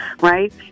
right